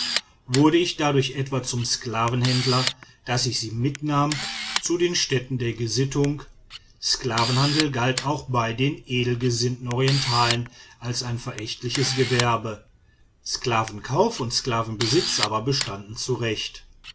wurde ich dadurch etwa zum sklavenhändler daß ich sie mitnahm zu den stätten der gesittung sklavenhandel galt auch bei den edelgesinnten orientalen als ein verächtliches gewerbe sklavenkauf und sklavenbesitz aber bestanden zu